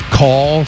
call